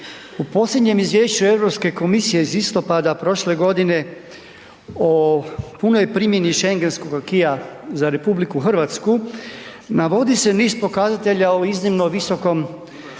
U posljednjem izvješću Europske komisije iz listopada prošle godine o punoj primjeni Schengenskog acquis-a za RH navodi se niz pokazatelja o iznimno visokom